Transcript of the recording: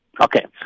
Okay